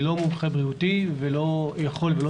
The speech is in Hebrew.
אני לא מומחה בריאותי ולא יכול ולא